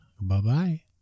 Bye-bye